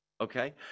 Okay